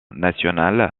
nationale